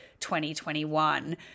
2021